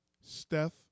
Steph